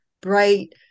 bright